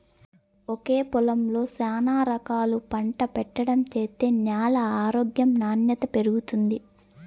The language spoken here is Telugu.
ఒకే పొలంలో శానా రకాలు పంట పెట్టడం చేత్తే న్యాల ఆరోగ్యం నాణ్యత పెరుగుతుంది